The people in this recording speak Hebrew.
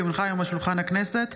כי הונחה היום על שולחן הכנסת,